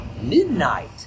midnight